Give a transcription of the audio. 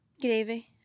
Gravy